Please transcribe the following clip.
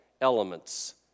elements